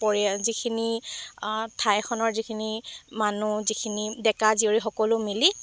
পৰি যিখিনি ঠাইখনৰ যিখিনি মানুহ যিখিনি ডেকা জীয়ৰী সকলো মিলি